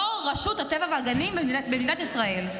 יו"ר רשות הטבע והגנים במדינת ישראל.